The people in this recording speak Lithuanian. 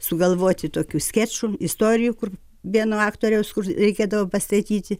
sugalvoti tokių skečų istorijų kur vieno aktoriaus kur reikėdavo pastatyti